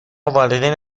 والدین